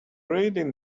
reading